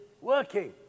working